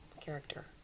character